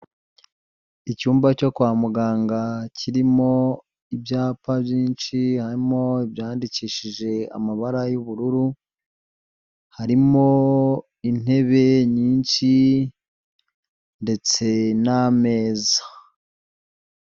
Icyumba cyo kwa muganga kirimo ibyapa byinshi, harimo ibyandikishije amabara y'ubururu, harimo intebe nyinshi ndetse n'ameza.